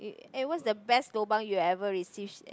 eh eh what's the best lobang you've ever receive